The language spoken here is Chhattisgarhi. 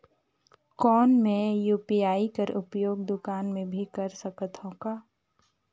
कौन मै यू.पी.आई कर उपयोग दुकान मे भी कर सकथव का?